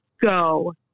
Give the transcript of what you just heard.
go